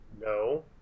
No